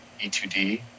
E2D